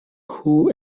who